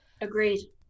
Agreed